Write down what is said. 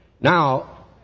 Now